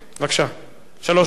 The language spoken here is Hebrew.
שלוש דקות.